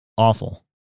Awful